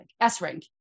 S-rank